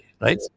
right